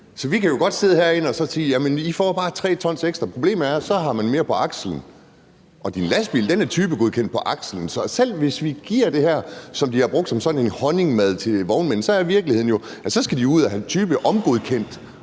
Vi kan godt sidde herinde og så sige: I får bare tre tons ekstra. Problemet er, at så har man mere på akslen, og lastbiler er typegodkendt på baggrund af akseltrykket. Så selv hvis vi giver dem det her, som bliver brugt som sådan en honningmad til vognmændene, er virkeligheden